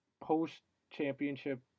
post-championship